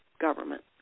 government